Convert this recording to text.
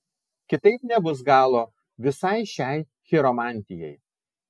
kitaip nebus galo visai šiai chiromantijai